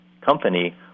company